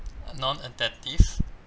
non attentive